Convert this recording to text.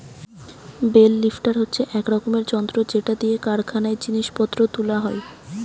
bell lifter হচ্ছে এক রকমের যন্ত্র যেটা দিয়ে কারখানায় জিনিস পত্র তুলা হয়